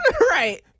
Right